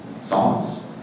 songs